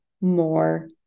more